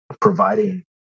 providing